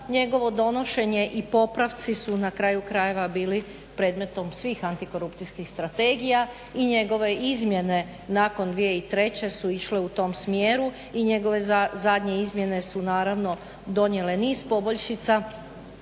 njegovo donošenje i popravci su na kraju krajeva bili predmetom svih antikorupcijskih strategija i njegove izmjene nakon 2003. su išle u tom smjeru, i njegove zadnje izmjene su naravno donijele niz poboljšica